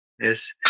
Yes